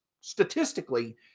statistically